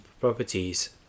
properties